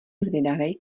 zvědavej